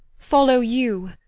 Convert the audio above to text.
follow you,